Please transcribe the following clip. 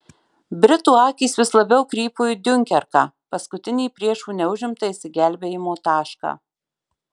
britų akys vis labiau krypo į diunkerką paskutinį priešų neužimtą išsigelbėjimo tašką